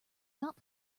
not